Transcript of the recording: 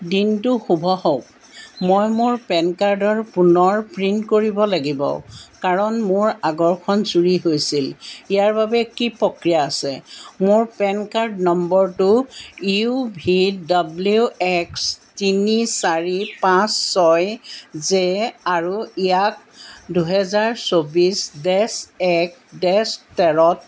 দিনটো শুভ হওক মই মোৰ পেন কাৰ্ডৰ পুনৰ প্ৰিণ্ট কৰিব লাগিব কাৰণ মোৰ আগৰখন চুৰি হৈছিল ইয়াৰ বাবে কি প্ৰক্ৰিয়া আছে মোৰ পেন কাৰ্ড নম্বৰটো ইউ ভি ডাব্লিউ এক্স তিনি চাৰি পাঁচ ছয় জে আৰু ইয়াক দুহেজাৰ চৌবিছ ডেছ এক ডেছ তেৰত